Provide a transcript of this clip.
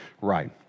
right